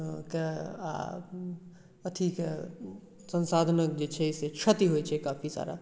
के आ अथी के संसाधनक जे छै से क्षति होइ छै काफी सारा